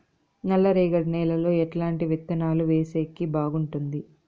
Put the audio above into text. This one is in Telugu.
నల్లరేగడి నేలలో ఎట్లాంటి విత్తనాలు వేసేకి బాగుంటుంది?